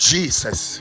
Jesus